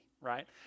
right